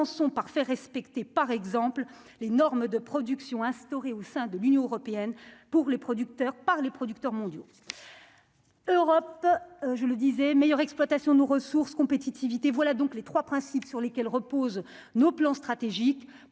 commençons par faire respecter par exemple les normes de production instauré au sein de l'Union européenne pour les producteurs par les producteurs mondiaux, Europe, je le disais, meilleure exploitation nos ressources compétitivité voilà donc les 3 principes sur lesquels repose nos plans stratégiques